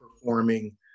performing